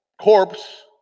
corpse